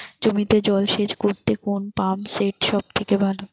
জমিতে জল সেচ করতে কোন পাম্প সেট সব থেকে ভালো?